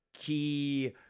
key